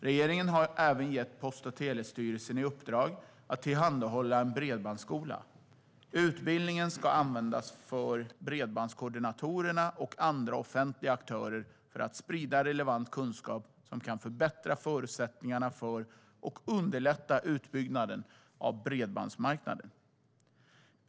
Regeringen har även gett Post och telestyrelsen i uppdrag att tillhandahålla en bredbandsskola. Utbildningen ska användas för bredbandskoordinatorerna och andra offentliga aktörer för att sprida relevant kunskap som kan förbättra förutsättningarna för och underlätta utbyggnaden av bredbandsmarknaden.